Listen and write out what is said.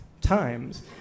times